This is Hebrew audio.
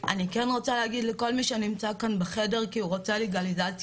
אני כן רוצה להגיד לכל מי שנמצא כאן בחדר כי הוא רוצה לגליזציה: